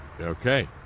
okay